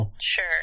Sure